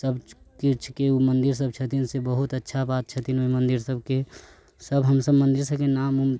सब किछुके उ मन्दिर सब छथिन से बहुत अच्छा बात छथिन ओइ मन्दिर सबके सब हमसब मन्दिर सबके नाम उम